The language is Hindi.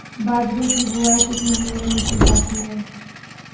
बाजरे की बुवाई किस महीने में की जाती है?